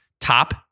Top